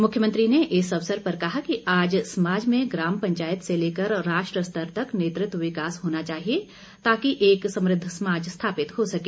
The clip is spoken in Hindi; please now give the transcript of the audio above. मुख्यमंत्री ने इस अवसर पर कहा कि आज समाज में ग्राम पंचायत से लेकर राष्ट्र स्तर तक नेतृत्व विकास होना चाहिए ताकि एक समृद्ध समाज स्थापित हो सके